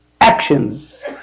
actions